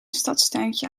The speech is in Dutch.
stadstuintje